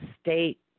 state